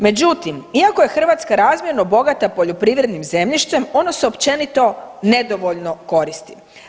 Međutim, iako je Hrvatska razmjerno bogata poljoprivrednim zemljištem ono se općenito nedovoljno koristi.